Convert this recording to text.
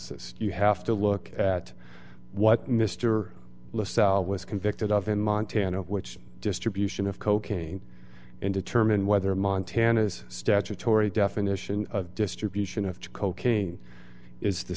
analysis you have to look at what mr lasalle was convicted of in montana which distribution of cocaine and determine whether montana's statutory definition of distribution of cocaine is the